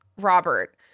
Robert